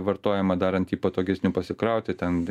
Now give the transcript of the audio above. vartojimą darant jį patogesnių pasikrauti ten